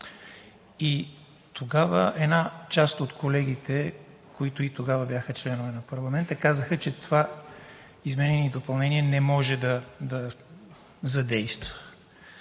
и тогава една част от колегите, които и тогава бяха членове на парламента, казаха, че това изменение и допълнение не може да задейства.